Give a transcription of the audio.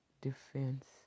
defense